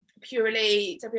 purely